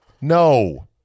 No